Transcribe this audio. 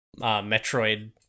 Metroid